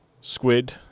Squid